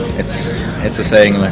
it's it's a saying,